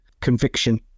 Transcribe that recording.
conviction